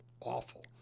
awful